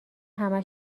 همه